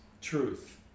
Truth